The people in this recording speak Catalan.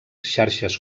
xarxes